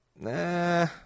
Nah